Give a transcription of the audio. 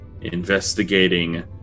investigating